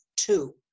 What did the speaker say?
two